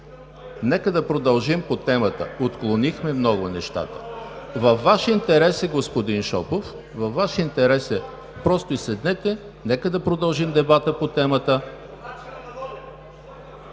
Нека да продължим по темата. Отклонихме много нещата. Във Ваш интерес е, господин Шопов, просто седнете. Нека да продължим дебата по темата.